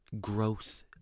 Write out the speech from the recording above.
growth